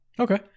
Okay